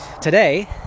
today